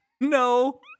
No